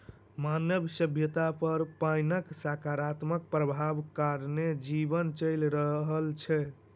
मानव सभ्यता पर पाइनक सकारात्मक प्रभाव कारणेँ जीवन चलि रहल छै